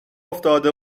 افتاده